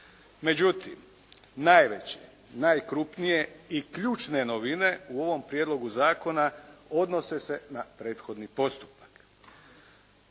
Međutim, najveće, najkrupnije i ključne novine u ovom prijedlogu zakona odnose se na prethodni postupak.